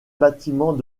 bâtiment